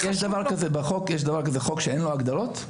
יש דבר כזה חוק שאין לו הגדרות?